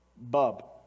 Bub